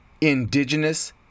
indigenous